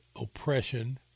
oppression